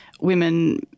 women